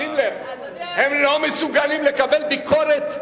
שים לב, הם לא מסוגלים לקבל ביקורת,